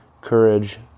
courage